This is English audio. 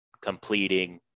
completing